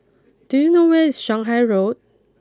do you know where is Shanghai Road